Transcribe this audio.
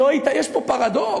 יש פה פרדוקס,